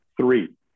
Three